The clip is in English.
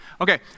Okay